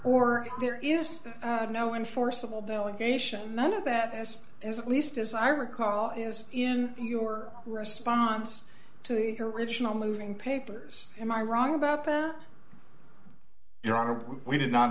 or there is no enforceable delegation none of that as is at least as i recall is in your response to the original moving papers am i wrong about that your honor we did not